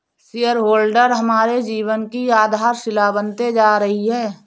share holder हमारे जीवन की आधारशिला बनते जा रही है